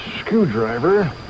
screwdriver